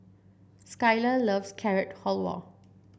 Skyler loves Carrot Halwa